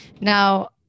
Now